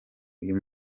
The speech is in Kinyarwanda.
uyu